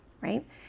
right